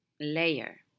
layer